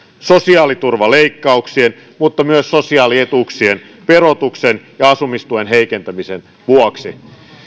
sosiaaliturvaleikkauksien mutta myös sosiaalietuuksien verotuksen ja asumistuen heikentämisen vuoksi